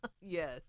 Yes